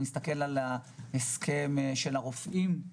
או למשל ההסכם של הרופאים,